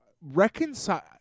reconcile